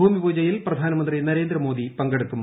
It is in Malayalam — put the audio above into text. ഭൂമിപൂജയിൽ പ്രധാനമന്ത്രി നരേന്ദ്രമോദി പങ്കെടുക്കും